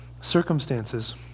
circumstances